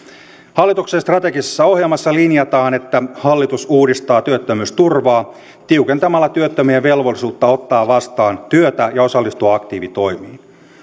hallituksen strategisessa ohjelmassa linjataan että hallitus uudistaa työttömyysturvaa tiukentamalla työttömien velvollisuutta ottaa vastaan työtä ja osallistua aktiivitoimiin